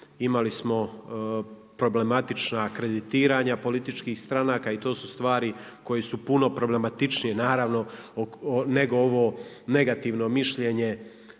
Imali smo problematična kreditiranja političkih stranaka i to su stvari koje su puno problematičnije naravno nego ovo negativno mišljenje